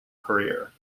career